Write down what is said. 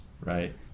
right